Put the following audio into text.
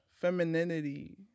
femininity